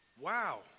Wow